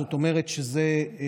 זאת אומרת שזה,